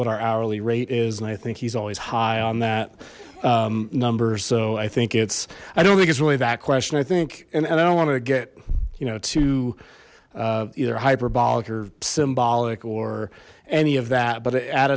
what our hourly rate is and i think he's always high on that number so i think it's i don't think it's really that question i think and i don't want to get you know to either hyperbolic or symbolic or any of that but at